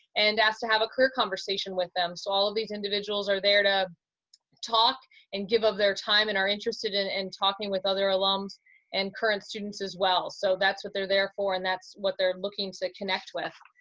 and ask to have a career conversation with them. so all of these individuals are there to talk and give of their time and are interested in talking with other alums and current students as well. so that's what they're there for, and that's what they're looking to connect with.